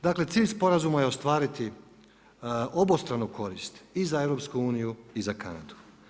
Dakle cilj sporazuma je ostvariti obostranu korist i za EU i za Kanadu.